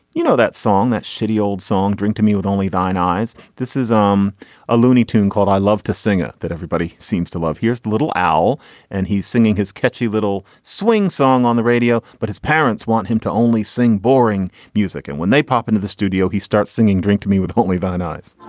you know that song that shitty old song drawing to me with only thine eyes. this is um a looney tune called i love to sing it that everybody seems to love. here's the little owl and he's singing his catchy little swing song on the radio but his parents want him to only sing boring music and when they pop into the studio he starts singing drink to me with only vine eyes.